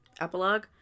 epilogue